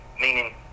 meaning